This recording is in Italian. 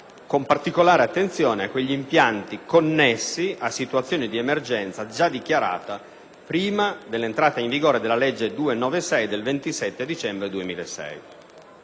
con particolare attenzione a quegli impianti connessi a situazioni di emergenza già dichiarata prima della entrata in vigore della legge 27 dicembre 2006,